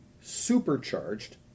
supercharged